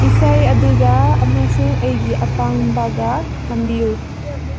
ꯏꯁꯩ ꯑꯗꯨꯒ ꯑꯃꯁꯨꯡ ꯑꯩꯒꯤ ꯑꯄꯥꯝꯕꯒ ꯊꯝꯕꯤꯌꯨ